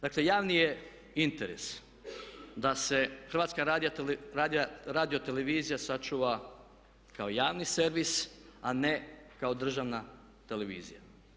Dakle javni je interes da se HRT sačuva kao javni servis a ne kao državna televizija.